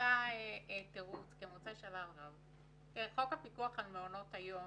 מצא תירוץ --- חוק הפיקוח על מעונות היום